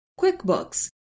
QuickBooks